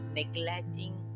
neglecting